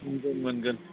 मोनगोन मोनगोन